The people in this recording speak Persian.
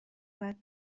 باید